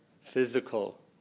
physical